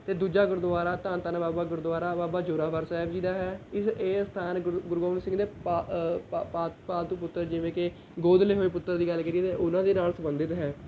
ਅਤੇ ਦੂਜਾ ਗੁਰਦੁਆਰਾ ਧੰਨ ਧੰਨ ਬਾਬਾ ਗੁਰਦੁਆਰਾ ਬਾਬਾ ਜ਼ੋਰਾਵਰ ਸਾਹਿਬ ਜੀ ਦਾ ਹੈ ਇਸ ਇਹ ਅਸਥਾਨ ਗੁਰੂ ਗੁਰੂ ਗੋਬਿੰਦ ਸਿੰਘ ਨੇ ਪਾ ਪਾ ਪਾ ਪਾਲਤੂ ਪੁੱਤਰ ਜਿਵੇਂ ਕਿ ਗੋਦ ਲਏ ਹੋਏ ਪੁੱਤਰ ਦੀ ਗੱਲ ਕਰੀਏ ਅਤੇ ਉਹਨਾਂ ਦੇ ਨਾਲ ਸੰਬੰਧਿਤ ਹੈ